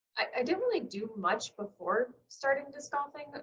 i didn't like do much before starting disc golfing. but